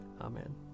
Amen